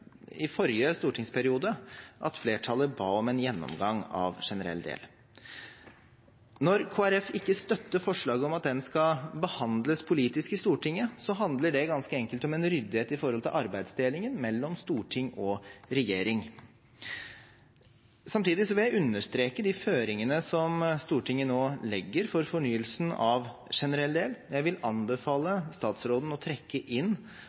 i forrige stortingsperiode at flertallet ba om en gjennomgang av generell del. Når Kristelig Folkeparti ikke støtter forslaget om at den skal behandles politisk i Stortinget, handler det ganske enkelt om en ryddighet i forhold til arbeidsdelingen mellom storting og regjering. Samtidig vil jeg understreke de føringene som Stortinget nå legger for fornyelsen av generell del. Jeg vil anbefale statsråden å trekke inn